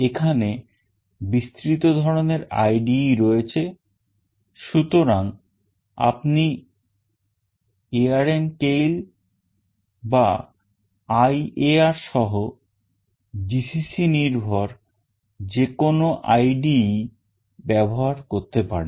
এখানে বিস্তৃত ধরনের IDE রয়েছে সুতরাং আপনি ARM Keil বা IAR সহ GCC নির্ভর যে কোনো IDE ব্যবহার করতে পারেন